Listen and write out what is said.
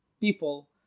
people